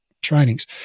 trainings